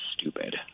stupid